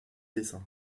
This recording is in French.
dessin